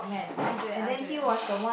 I do it I'll do it I'll do it